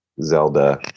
Zelda